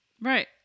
Right